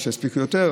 כדי שהם יספיקו יותר,